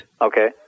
Okay